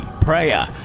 Prayer